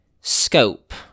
scope